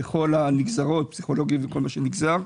פסיכולוגים וכל הנגזרות.